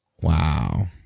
Wow